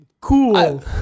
cool